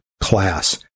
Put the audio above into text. class